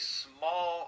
small